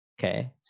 okay